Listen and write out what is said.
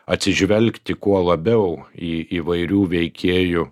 atsižvelgti kuo labiau į įvairių veikėjų